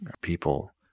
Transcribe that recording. people